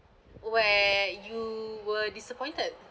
where you were disappointed